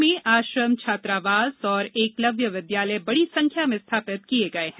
प्रदेश में आश्रम शालाएँ छात्रावास एकलव्य विद्यालय बड़ी संख्या में स्थापित किये गए हैं